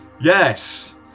Yes